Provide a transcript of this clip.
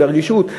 ברגישות,